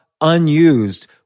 unused